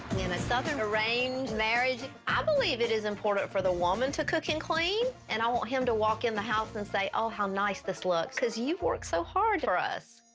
in a southern arranged marriage, i believe it is important for the woman to cook and clean. and i want him to walk in the house and say, oh how nice this looks, cause you work so hard for us.